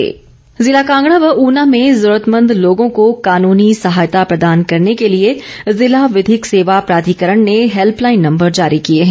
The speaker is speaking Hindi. कानूनी सहायता जिला कांगड़ा व ऊना में जरूरतमंद लोगों को कानूनी सहायता प्रदान करने के लिए जिला विधिक सेवा प्राधिकरण ने हेल्पलाईन नम्बर जारी किए है